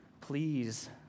please